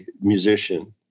musician